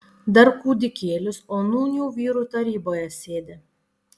dar kūdikėlis o nūn jau vyrų taryboje sėdi